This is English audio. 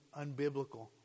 unbiblical